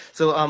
so,